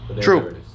True